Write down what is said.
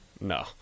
No